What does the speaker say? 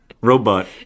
Robot